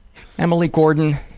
emily gordon,